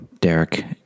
Derek